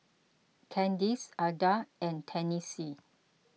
Candyce Adah and Tennessee